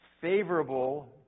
favorable